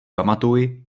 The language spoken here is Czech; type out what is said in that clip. pamatuj